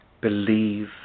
believe